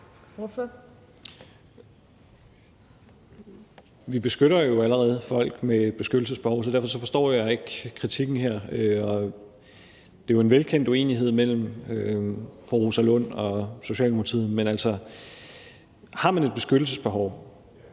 Vi beskytter jo allerede folk med et beskyttelsesbehov, så derfor forstår jeg ikke kritikken her, og det er jo en velkendt uenighed mellem fru Rosa Lund og Socialdemokratiet. Men har man et beskyttelsesbehov